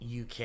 UK